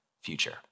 future